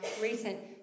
recent